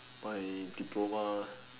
my diploma